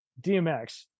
dmx